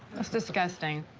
that's disgusting.